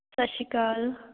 ਸਤਿ ਸ਼੍ਰੀ ਅਕਾਲ